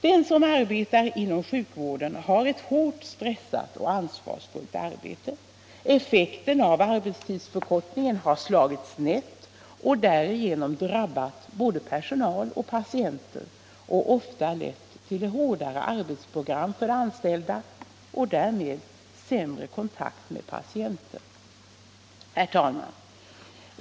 Den som arbetar inom sjukvården har ett hårt, stressande och ansvarsfullt arbete. Effekten av arbetstidsförkortningen har slagit snett och därigenom drabbat både personal och patienter och ofta lett till hårdare arbetsprogram för de anställda och därmed sämre kontakt med patienter. Herr talman!